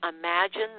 Imagine